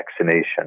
vaccination